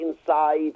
inside